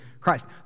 Christ